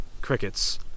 crickets